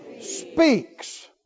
speaks